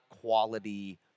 quality